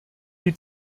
die